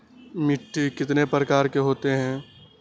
मिट्टी कितने प्रकार के होते हैं?